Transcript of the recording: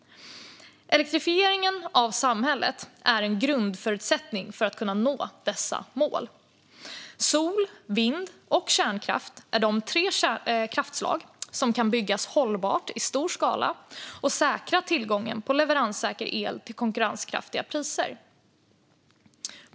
Elektrifieringen av samhället är en grundförutsättning för att kunna nå dessa mål. Sol, vind och kärnkraft är de tre kraftslag som kan byggas hållbart i stor skala och säkra tillgången på leveranssäker el till konkurrenskraftiga priser.